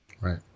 Right